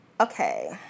Okay